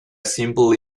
simple